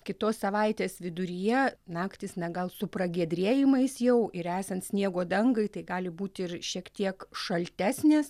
kitos savaitės viduryje naktys na gal su pragiedrėjimais jau ir esant sniego dangai tai gali būti ir šiek tiek šaltesnės